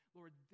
Lord